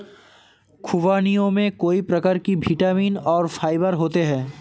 ख़ुबानियों में कई प्रकार के विटामिन और फाइबर होते हैं